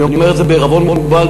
אני אומר את זה בעירבון מוגבל,